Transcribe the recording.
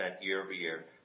year-over-year